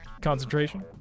concentration